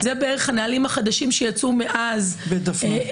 אלה בערך הנהלים החדשים שיצאו מאז בית דפנה.